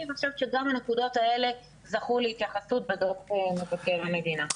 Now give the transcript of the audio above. וגם הנקודות האלה זכו להתייחסות בדוח מבקר המדינה.